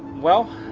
well,